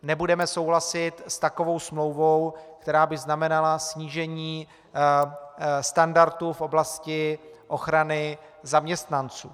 Nebudeme souhlasit s takovou smlouvou, která by znamenala snížení standardu v oblasti ochrany zaměstnanců.